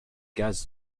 gas